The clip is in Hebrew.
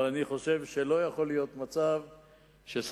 אבל אני חושב שלא יכול להיות מצב ששר